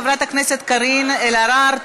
חברת הכנסת קארין אלהרר,